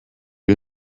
wir